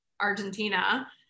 Argentina